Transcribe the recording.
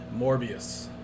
Morbius